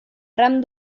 ram